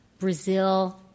Brazil